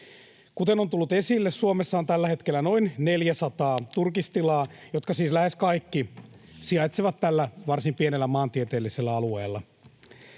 Kuten on tullut esille, Suomessa on tällä hetkellä noin 400 turkistilaa, jotka siis lähes kaikki sijaitsevat tällä varsin pienellä maantieteellisellä alueella.